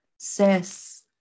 says